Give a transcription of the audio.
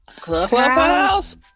Clubhouse